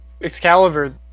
Excalibur